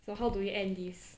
so how do we end this